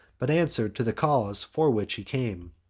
but answer'd to the cause for which he came,